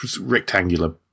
rectangular